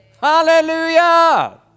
hallelujah